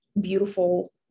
beautiful